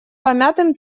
помятым